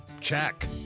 check